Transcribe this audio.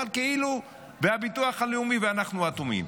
אבל כאילו הביטוח הלאומי ואנחנו אטומים.